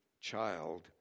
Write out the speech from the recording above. child